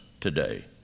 today